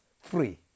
free